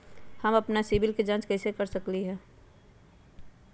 हम अपन सिबिल के जाँच कइसे कर सकली ह?